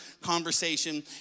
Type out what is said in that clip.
conversation